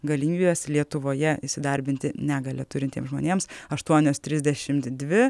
galimybes lietuvoje įsidarbinti negalią turintiems žmonėms aštuonios trisdešimt dvi